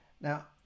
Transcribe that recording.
now